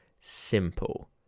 simple